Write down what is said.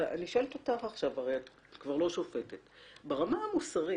אני שואלת אותך את כבר לא שופטת ברמה המוסרית,